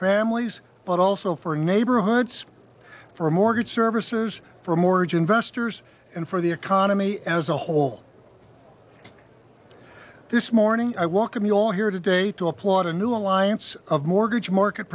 families but also for neighborhoods for a mortgage servicers for mortgage investors and for the economy as a whole this morning i walk in the hall here today to applaud a new alliance of mortgage market